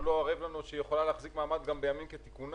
לא ערב לנו שיכולה להחזיק מעמד גם בימים כתיקונם,